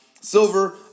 Silver